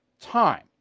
time